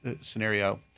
scenario